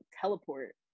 teleport